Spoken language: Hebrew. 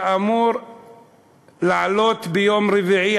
שאמור לעלות ביום רביעי,